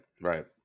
right